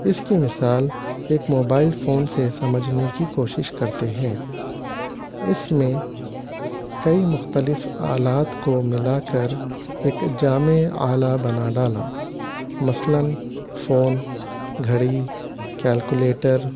اس کی مثال ایک موبائل فون سے سمجھنے کی کوشش کرتے ہیں اس میں کئی مختلف آلات کو ملا کر ایک جامع آلہ بنا ڈالا مثلاً فون گھڑی کیلکولیٹر